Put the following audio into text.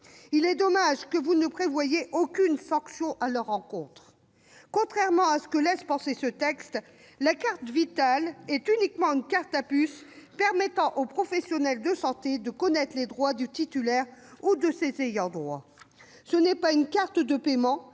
Il est dommage que vous ne prévoyiez aucune sanction à leur encontre. Contrairement à ce que laisse penser ce texte, la carte Vitale est seulement une carte à puce permettant aux professionnels de santé de connaître les droits du titulaire ou de ses ayants droit. Ce n'est pas une carte de paiement,